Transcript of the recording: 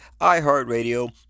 iHeartRadio